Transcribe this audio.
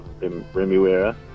Remuera